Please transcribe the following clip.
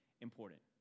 important